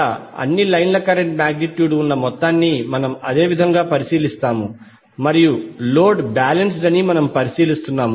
ఇక్కడ అన్ని లైన్ కరెంట్ల మాగ్నిట్యూడ్ ఉన్న మొత్తాన్ని మనం అదే విధంగా పరిశీలిస్తాము మరియు లోడ్ బాలెన్స్డ్ అని మనము పరిశీలిస్తున్నాము